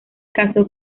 casó